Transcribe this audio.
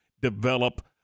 develop